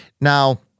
Now